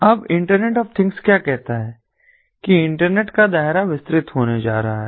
अब internet of things क्या कहता है कि इस इंटरनेट का दायरा विस्तृत होने जा रहा है